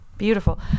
Beautiful